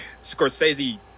Scorsese